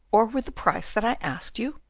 or with the price that i asked you?